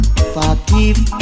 Forgive